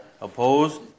Opposed